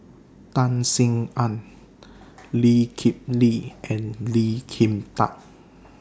Tan Sin Aun Lee Kip Lee and Lee Kin Tat